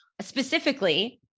specifically